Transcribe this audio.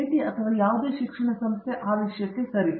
IIT ಅಥವಾ ಯಾವುದೇ ಶೈಕ್ಷಣಿಕ ಸಂಸ್ಥೆ ಆ ವಿಷಯಕ್ಕೆ ಸರಿ